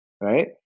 right